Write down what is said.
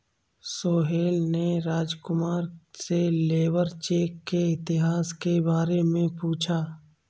सोहेल ने राजकुमार से लेबर चेक के इतिहास के बारे में पूछा